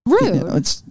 Rude